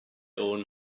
own